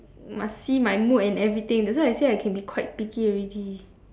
must see my mood and everything that why I say I can be quite picky already